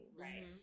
Right